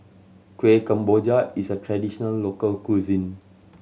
Kueh Kemboja is a traditional local cuisine